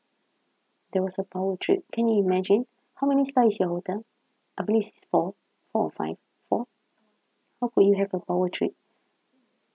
there was a power trip can you imagine how many star is your hotel I believe it's four four or five four how could you have a power trip